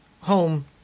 home